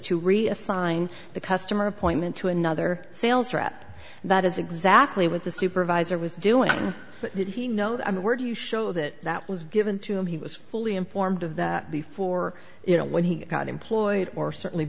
to reassign the customer appointment to another sales rep and that is exactly what the supervisor was doing what did he know i mean where do you show that that was given to him he was fully informed of that before you know when he got employed or certainly